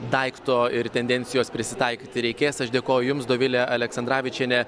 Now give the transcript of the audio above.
daikto ir tendencijos prisitaikyti reikės aš dėkoju jums dovilė aleksandravičienė